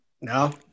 no